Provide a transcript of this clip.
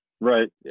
Right